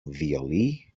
violí